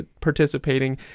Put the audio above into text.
participating